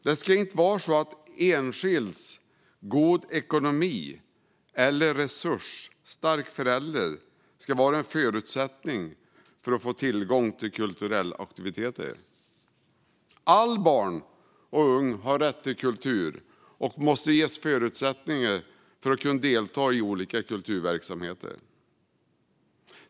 Det ska inte vara så att enskildas goda ekonomi eller resursstarka föräldrar är förutsättningen för att man ska få tillgång till kulturella aktiviteter. Alla barn och unga har rätt till kultur och måste ges förutsättningar för att kunna delta i olika kulturverksamheter.